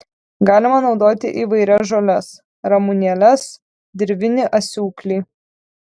galima naudoti įvairias žoles ramunėles dirvinį asiūklį